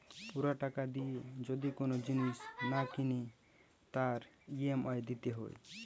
পুরা টাকা দিয়ে যদি কোন জিনিস না কিনে তার ই.এম.আই দিতে হয়